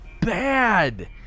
bad